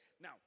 Now